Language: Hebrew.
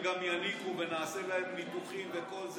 ------ שהגברים גם יניקו ונעשה להם ניתוחים וכל זה